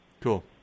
Cool